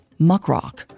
Muckrock